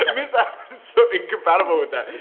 um is ah so incompatible with that.